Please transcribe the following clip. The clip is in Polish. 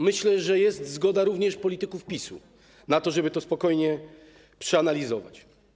Myślę, że jest zgoda również polityków PiS-u na to, żeby to spokojnie przeanalizować.